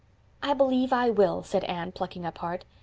i believe i will, said anne, plucking up heart.